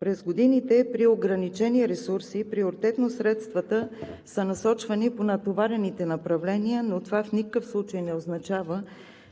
През годините при ограничени ресурси приоритетно средствата са нарочвани по натоварените направления, но това в никакъв случай не означава,